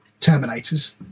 Terminators